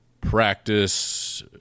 practice